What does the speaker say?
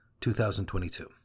2022